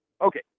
Okay